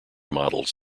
models